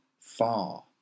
far